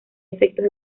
efectos